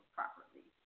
Properly